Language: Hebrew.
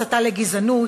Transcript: הסתה לגזענות,